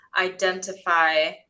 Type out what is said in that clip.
identify